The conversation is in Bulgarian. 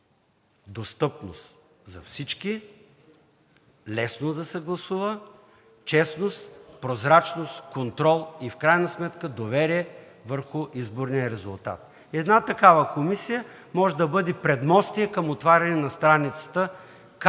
достъпност за всички, лесно да се гласува, честност, прозрачност, контрол и в крайна сметка доверие върху изборния резултат. Една такава комисия може да бъде предмостие към отваряне на страницата